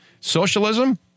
Socialism